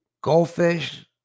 Goldfish